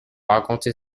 raconter